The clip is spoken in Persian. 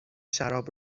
شراب